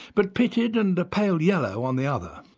but pitted and a pale yellow on the other.